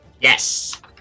Yes